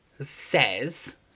says